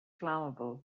flammable